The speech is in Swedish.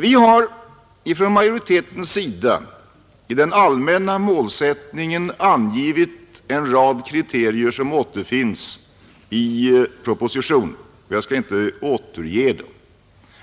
Vi har från majoritetens sida i den allmänna målsättningen angivit en rad kriterier som återfinns i propositionen. Jag skall inte återge dem,